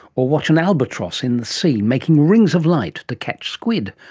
or watch an albatross in the sea making rings of light to catch squid?